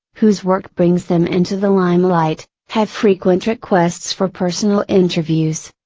whose work brings them into the limelight, have frequent requests for personal interviews.